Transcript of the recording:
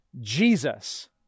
Jesus